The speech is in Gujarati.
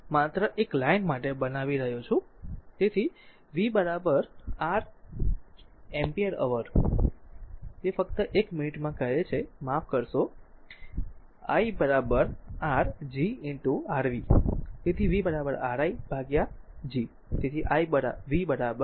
તેથી જો તે v r ah r છે જે ફક્ત 1 મિનિટમાં કહે છે માફ કરશો આ i r G rv છે તેથી v r i by G